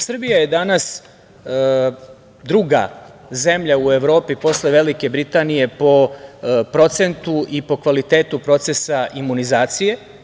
Srbija je danas druga zemlja u Evropi posle Velike Britanije po procentu i po kvalitetu procesa imunizacije.